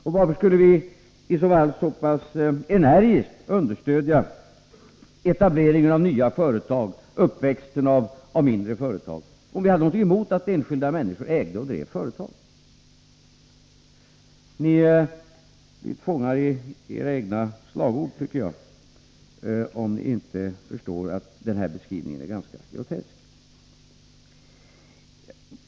Och varför skulle vi så pass energiskt understödja etableringen av nya företag, uppväxandet av mindre företag — om vi hade något emot att enskilda människor ägde och drev företag? Jag tycker att ni är fångar under era egna slagord om ni inte förstår att den beskrivningen är ganska grotesk.